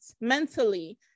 mentally